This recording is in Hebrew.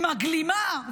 עם הגלימה,